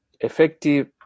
effective